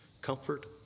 comfort